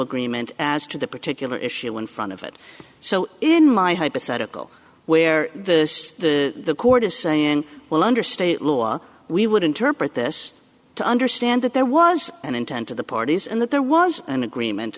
agreement as to the particular issue in front of it so in my hypothetical where the the court is saying well under state law we would interpret this to understand that there was an intent to the parties and that there was an agreement